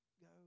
go